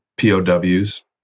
POWs